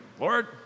Lord